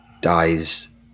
dies